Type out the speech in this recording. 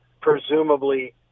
Presumably